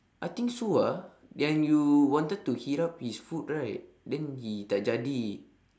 I think so ah yang you wanted to heat up his food right then he tidak jadi